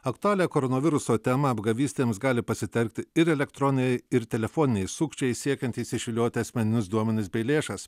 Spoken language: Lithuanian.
aktualią koronaviruso temą apgavystėms gali pasitelkti ir elektroniniai ir telefoniniai sukčiai siekiantys išvilioti asmeninius duomenis bei lėšas